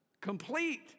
complete